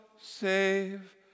save